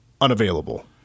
unavailable